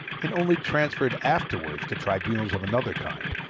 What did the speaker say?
and only transfer it afterwards to tribunals of another kind,